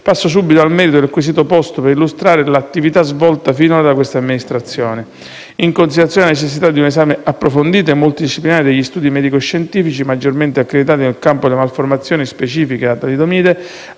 passo subito al merito del quesito posto per illustrare l'attività svolta finora da questa amministrazione. In considerazione della necessità di un esame approfondito e multidisciplinare degli studi medico-scientifici maggiormente accreditati nel campo delle malformazioni specifiche da talidomide,